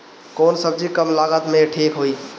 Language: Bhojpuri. कौन सबजी कम लागत मे ठिक होई?